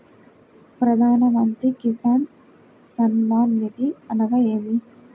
ప్రధాన మంత్రి కిసాన్ సన్మాన్ నిధి అనగా ఏమి?